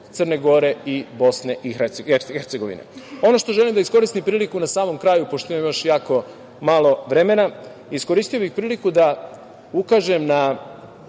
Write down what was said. Crne Gore i BiH.Ono što želim da iskoristim priliku na samom kraju, pošto imam još jako malo vremena, iskoristio bih priliku da ukažem na